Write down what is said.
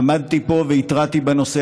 עמדתי פה והתרעתי בנושא,